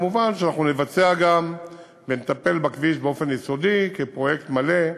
מובן שאנחנו נבצע גם ונטפל בכביש באופן יסודי כפרויקט מלא.